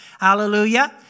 Hallelujah